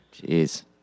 Jeez